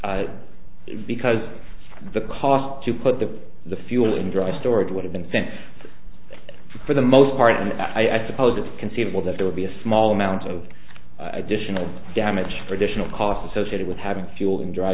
enough because the cost to put the the fuel in dry storage would have been sent for the most part and i suppose it's conceivable that there would be a small amount of additional damage for additional costs associated with having fuel in dry